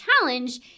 challenge